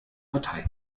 partei